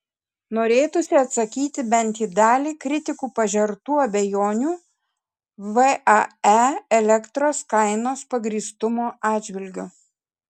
norėtųsi atsakyti bent į dalį kritikų pažertų abejonių vae elektros kainos pagrįstumo atžvilgiu